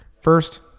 First